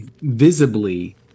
visibly